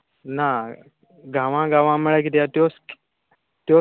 ना गांवां गांवां म्हणळ्या कितें हा त्यो त्यो